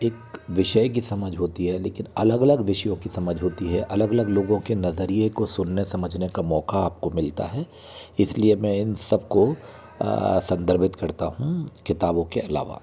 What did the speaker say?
एक विषय की समझ होती है लेकिन अलग अलग विषयों की समझ होती है अलग अलग लोगों के नज़रिए को सुनने समझने का मौक़ा आपको मिलता है इसलिए मैं इन सबको संदर्भित करता हूँ किताबों के अलावा